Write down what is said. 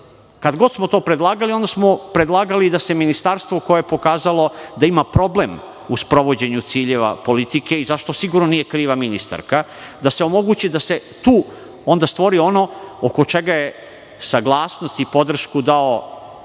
Kad god smo to predlagali, onda smo predlagali da se ministarstvo koje je pokazalo da ima problem u sprovođenju ciljeva politike i za šta sigurno nije kriva ministarka, da se omogući da se tu onda stvori ono oko čega je saglasnost i podršku dao, prekjuče ovde